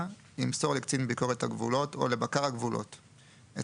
ימסור לקצין ביקורת הגבולות או לבקר הגבולות את